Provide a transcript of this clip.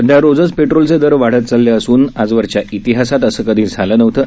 सध्या रोजच पेट्रोलचे दर वाढत चालले असुन आजवरच्या इतिहासात असं कधी झालं नव्हतं